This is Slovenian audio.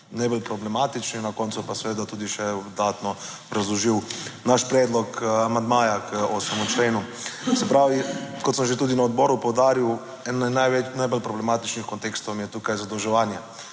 najbolj problematični. Na koncu pa seveda tudi še dodatno obrazložil naš predlog amandmaja k 8. členu. Se pravi, kot sem že tudi na odboru poudaril, eden najbolj problematičnih kontekstov je tukaj zadolževanje.